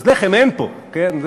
אז לחם אין פה, כן?